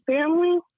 family